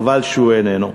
חבל שהוא איננו,